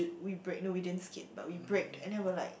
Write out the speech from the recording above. we brake no we didn't skid but we braked and then we were like